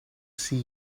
see